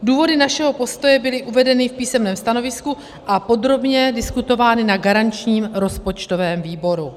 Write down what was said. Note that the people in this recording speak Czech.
Důvody našeho postoje byly uvedeny v písemném stanovisku a podrobně diskutovány na garančním rozpočtovém výboru.